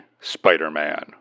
Spider-Man